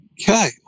okay